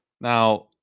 now